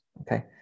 okay